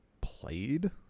played